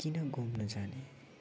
किन घुम्नु जाने